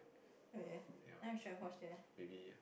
ya maybe